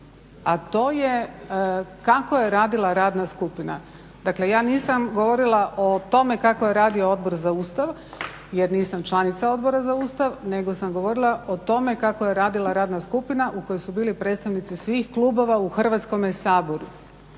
a to je kako je radila radna skupina. Dakle ja nisam govorila o tome kako je radio Odbor za Ustav jer nisam članica Odbora za Ustav nego sam govorila o tome kako je radila radna skupina u kojoj su bili predstavnici svih klubova u Hrvatskome saboru.